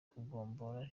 kugombora